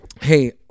Hey